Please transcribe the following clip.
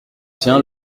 tiens